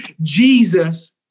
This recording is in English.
Jesus